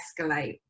escalate